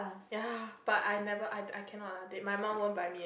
ya but I never I I cannot ah my mum won't buy me